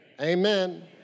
Amen